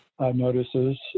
notices